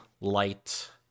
light